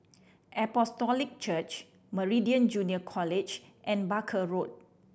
Apostolic Church Meridian Junior College and Barker Road